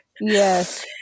Yes